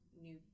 new